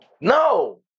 No